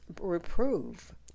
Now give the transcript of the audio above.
reprove